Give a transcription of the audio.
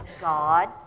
God